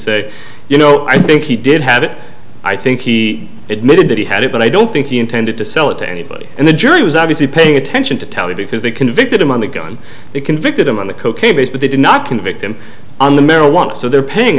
say you know i think he did have it i think he admitted that he had it but i don't think he intended to sell it to anybody and the jury was obviously paying attention to tally because they convicted him on the gun that convicted him on the cocaine base but they did not convict him on the marijuana so they're paying